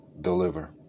deliver